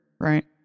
right